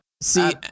See